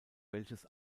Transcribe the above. welches